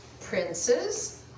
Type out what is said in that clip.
princes